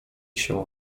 się